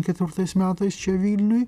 ketvirtais metais čia vilniuj